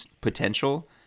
potential